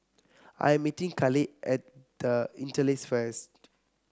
I am meeting Khalid at The Interlace first